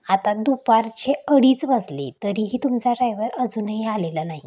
आता दुपारचे अडीच वाजले तरीही तुमचा ड्रायवर अजूनही आलेला नाही